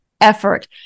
effort